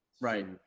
Right